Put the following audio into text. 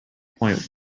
point